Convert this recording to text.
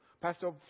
Pastor